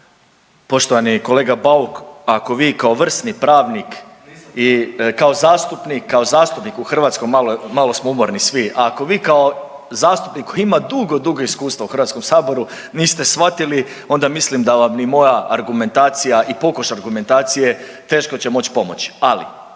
Nisam pravnik./… i kao zastupnik, kao zastupnik u hrvatskom, malo smo umorni svi, ako vi kao zastupnik koji ima dugo, dugo iskustvo u Hrvatskom saboru niste shvatili onda mislim da vam ni moja argumentacija i pokušaj argumentacije teško će moći pomoći, ali